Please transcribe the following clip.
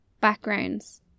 backgrounds